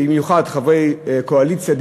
במיוחד חברי הקואליציה,